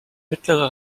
mittlere